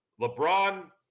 LeBron